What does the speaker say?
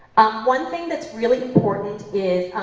one thing that's really important is